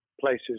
places